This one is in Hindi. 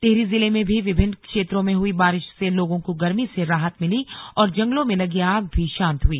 टिहरी जिले में भी विभिन्न क्षेत्रों में हुई बारिश से लोगों को गर्मी से राहत मिली और जंगलों में लगी आग भी शांत हुई